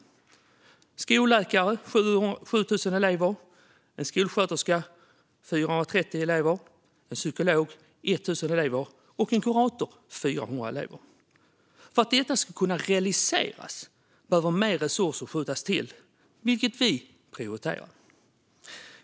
Det ska vara en skolläkare för 7 000 elever, en skolsköterska för 430 elever, en psykolog för 1 000 elever och en kurator för 400 elever. För att detta ska kunna realiseras behöver mer resurser skjutas till, vilket vi prioriterar.